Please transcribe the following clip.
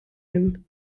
room